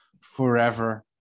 forever